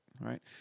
Right